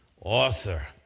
author